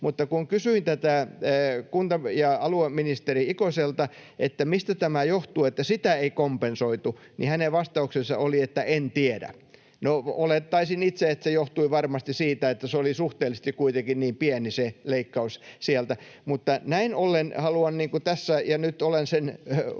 Mutta kun kysyin tätä kunta- ja alueministeri Ikoselta, mistä tämä johtuu, että sitä ei kompensoitu, niin hänen vastauksensa oli, että en tiedä. No, olettaisin itse, että se johtui varmasti siitä, että se oli suhteellisesti kuitenkin niin pieni leikkaus sieltä. Näin ollen haluan tässä, ja nyt olen sen omalta